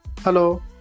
Hello